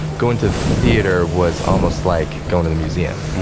going to theater was almost like going in the museum.